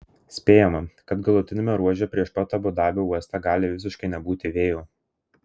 spėjama kad galutiniame ruože prieš pat abu dabio uostą gali visiškai nebūti vėjo